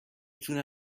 تونه